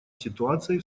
ситуацией